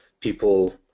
people